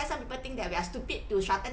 some people think that we are stupid to shorten